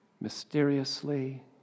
Mysteriously